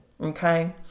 Okay